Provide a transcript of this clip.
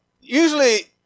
usually